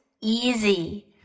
easy